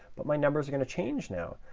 but my numbers are going to change now.